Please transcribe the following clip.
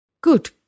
Good